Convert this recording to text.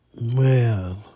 Man